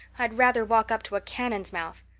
i'd rather walk up to a cannon's mouth.